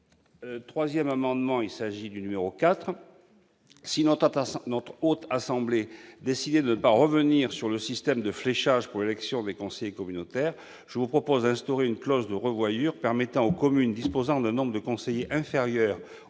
Jean-Pierre Grand. Mes chers collègues, si la Haute Assemblée décide de ne pas revenir sur le système de fléchage pour l'élection des conseillers communautaires, je vous propose d'instaurer une clause de rendez-vous permettant aux communes disposant d'un nombre de conseillers inférieur